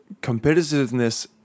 competitiveness